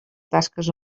tasques